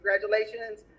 congratulations